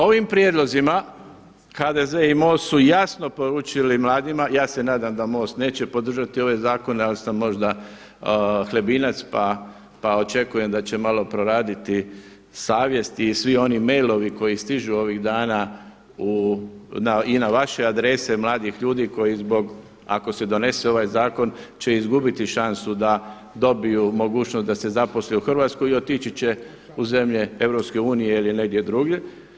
Ovim prijedlozima HDZ i MOST su jasno poručili mladima, ja se nadam da MOST neće podržati ove zakone … možda Hlebinac pa očekujem da će malo proraditi savjest i svi oni mailovi koji stižu ovih dana i na vaše adrese mladih ljudi koji zbog ako se donese ovaj zakon će izgubiti šansu da dobiju mogućnost da se zaposle u Hrvatskoj i otići će u zemlje EU ili negdje drugdje.